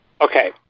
Okay